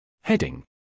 Heading